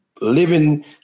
living